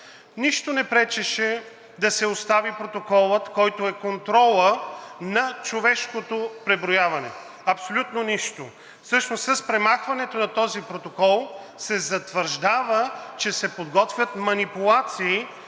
Нищо не пречеше да се остави протоколът, който е контрола на човешкото преброяване. Абсолютно нищо! Всъщност с премахването на този протокол се затвърждава, че се подготвят манипулации